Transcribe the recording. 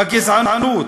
בגזענות,